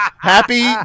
Happy